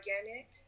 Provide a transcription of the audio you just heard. organic